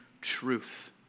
truth